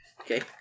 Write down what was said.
Okay